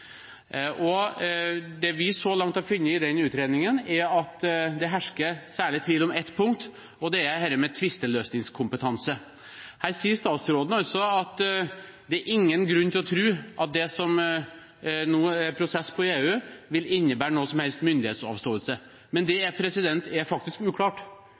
innebærer. Det vi så langt har funnet i den utredningen, er at det hersker tvil om særlig ett punkt, og det er dette med tvisteløsningskompetanse. Her sier statsråden at det er ingen grunn til å tro at det som nå er i prosess i EU, vil innebære noen som helst myndighetsavståelse. Men det er faktisk uklart.